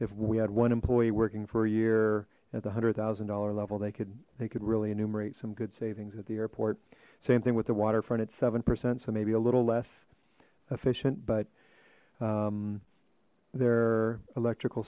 if we had one employee working for a year at the hundred thousand dollar level they could they could really enumerate some good savings at the airport same thing with the waterfront it's seven percent so maybe a little less efficient but their electrical